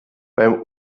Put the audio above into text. beim